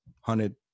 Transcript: hundred